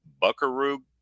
Buckaroo